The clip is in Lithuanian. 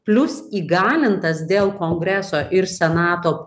plius įgalintas dėl kongreso ir senato